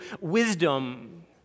wisdom